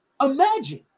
Imagine